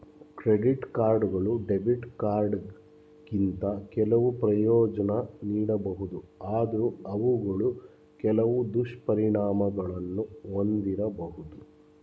credit ಕಾರ್ಡ್ಗಳು debit ಕಾರ್ಡ್ಗಿಂತ ಕೆಲವು ಪ್ರಯೋಜ್ನ ನೀಡಬಹುದು ಆದ್ರೂ ಅವುಗಳು ಕೆಲವು ದುಷ್ಪರಿಣಾಮಗಳನ್ನು ಒಂದಿರಬಹುದು